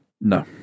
no